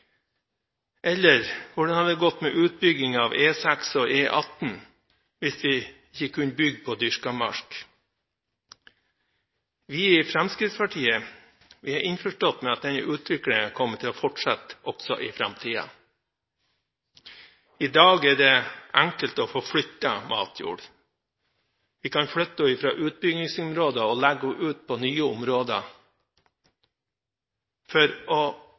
hadde det gått med utbyggingen av E6 og E18 hvis vi ikke kunne bygge på dyrket mark? Vi i Fremskrittspartiet er innforstått med at denne utviklingen kommer til å fortsette også i framtiden. I dag er det enkelt å få flyttet matjord. Vi kan flytte den fra utbyggingsområder og legge den ut på nye områder for å